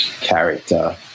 character